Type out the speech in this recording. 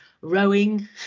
rowing